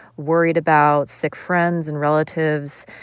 worried about sick friends and relatives.